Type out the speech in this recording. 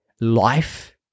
life